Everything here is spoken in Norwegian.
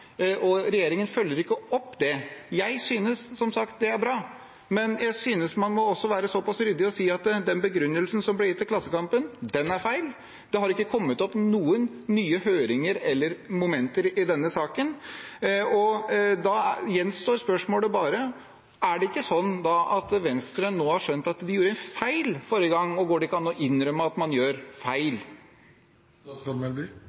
og regjeringen følger ikke opp det. Jeg synes som sagt det er bra, men jeg synes også man må være såpass ryddig og si at den begrunnelsen som ble gitt til Klassekampen, den er feil. Det har ikke kommet opp noen nye høringer eller momenter i denne saken. Da gjenstår bare spørsmålet: Er det ikke sånn da at Venstre nå har skjønt at de gjorde en feil forrige gang, og går det ikke an å innrømme at man gjør